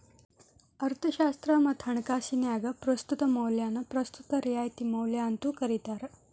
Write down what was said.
ಅರ್ಥಶಾಸ್ತ್ರ ಮತ್ತ ಹಣಕಾಸಿನ್ಯಾಗ ಪ್ರಸ್ತುತ ಮೌಲ್ಯನ ಪ್ರಸ್ತುತ ರಿಯಾಯಿತಿ ಮೌಲ್ಯ ಅಂತೂ ಕರಿತಾರ